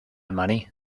money